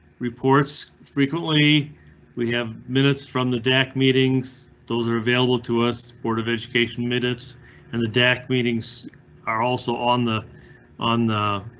reports frequently we have minutes from the dac meetings. those are available to us board of education, minutes and the dac meetings are also on the on the.